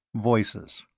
voices.